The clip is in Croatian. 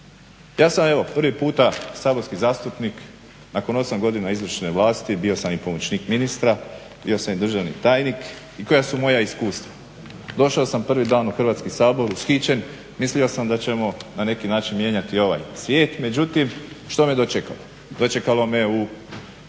Ja sam evo prvi puta saborski zastupnik nakon 8 godina izvršne vlasti bio sam i pomoćnik ministra, bio sam i državni tajnik i koja su moja iskustva. Došao sam prvi dan u Hrvatski sabor ushićen. Mislio da ćemo na neki način mijenjati ovaj svijet, međutim, što me dočekalo? Dočekalo me u pretincu